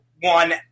one